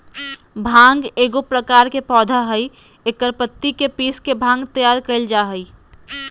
भांग एगो प्रकार के पौधा हइ एकर पत्ति के पीस के भांग तैयार कइल जा हइ